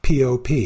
POP